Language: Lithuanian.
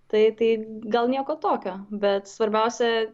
tai tai gal nieko tokio bet svarbiausia